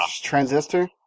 Transistor